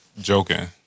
joking